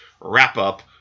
wrap-up